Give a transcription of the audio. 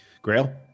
Grail